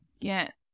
Yes